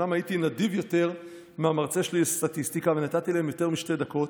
אומנם הייתי נדיב יותר מהמרצה שלי לסטטיסטיקה ונתתי להם יותר משתי דקות.